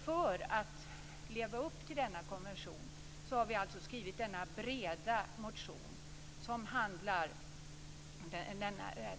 För att vi skall leva upp till denna konvention har vi alltså skrivit denna breda motion.